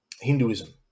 Hinduism